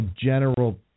general